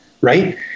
right